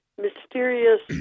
mysterious